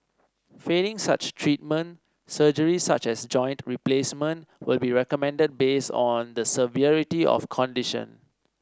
failing such treatment surgery such as joint replacement will be recommended based on the severity of condition